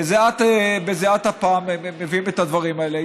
בזיעת אפם הם מביאים את הדברים האלה.